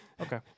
Okay